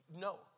no